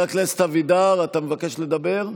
חבר הכנסת אלי אבידר, אתה מבקש לדבר?